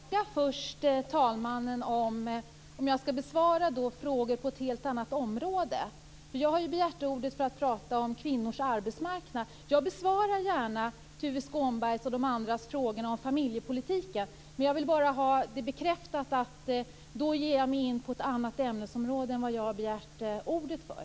Fru talman! Jag vill först fråga talmannen om jag skall besvara frågor på ett helt annat område. Jag har begärt ordet för att prata om kvinnors arbetsmarknad. Jag besvarar gärna Tuve Skånbergs och de andras frågor om familjepolitiken. Men då ger jag mig in på ett annat ämnesområde än vad jag har begärt ordet för.